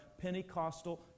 Pentecostal